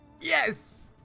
Yes